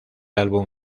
álbum